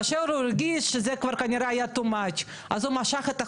כאשר הוא הרגיש שזה כבר כנראה היה טו מאץ' אז הוא משך את החוק.